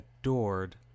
adored